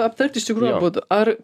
aptart iš tikrųjų abudu ar